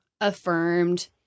affirmed